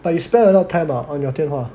they spend a lot time ah on your 电话